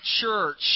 church